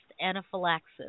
anaphylaxis